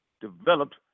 developed